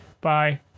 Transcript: Bye